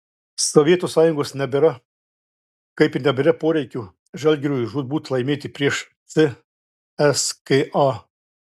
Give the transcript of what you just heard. sovietų sąjungos nebėra kaip ir nebėra poreikio žalgiriui žūtbūt laimėti prieš cska